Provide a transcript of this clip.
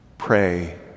pray